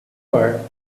mar